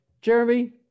Jeremy